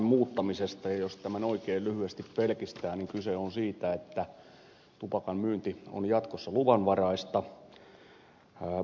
ja jos tämän oikein lyhyesti pelkistää niin kyse on siitä että tupakan myynti on jatkossa luvanvaraista